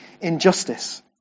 injustice